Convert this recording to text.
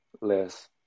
less